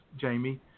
Jamie